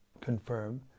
confirm